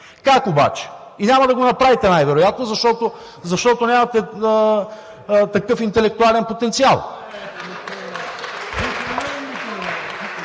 Как обаче? И няма да го направите най-вероятно, защото нямате такъв интелектуален потенциал.